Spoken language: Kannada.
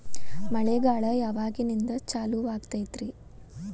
ಮಳೆಗಾಲ ಯಾವಾಗಿನಿಂದ ಚಾಲುವಾಗತೈತರಿ?